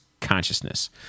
consciousness